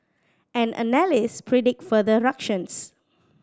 and analyst predict further ructions